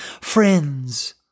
friends